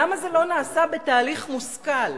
למה זה לא נעשה בתהליך מושכל?